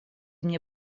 мне